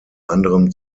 anderen